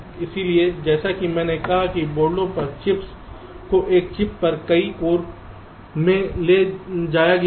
इसलिए जैसा कि मैंने कहा कि बोर्डों पर चिप्स को एक चिप पर कई कोर में ले जाया गया है